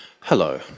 Hello